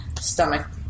stomach